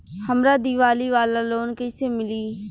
हमरा दीवाली वाला लोन कईसे मिली?